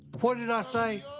what did i say?